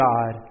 God